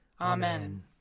Amen